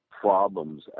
problems